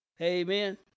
Amen